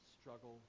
struggle